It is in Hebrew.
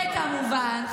וכמובן,